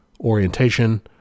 orientation